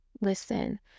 listen